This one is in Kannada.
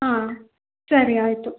ಹಾಂ ಸರಿ ಆಯ್ತು